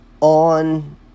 on